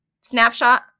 snapshot